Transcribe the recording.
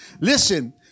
Listen